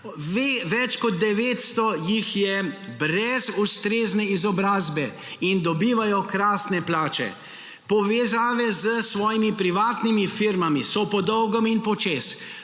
Več kot 900 jih je brez ustrezne izobrazbe in dobivajo krasne plače. Povezave s svojimi privatnimi firmami so po dolgem in počez,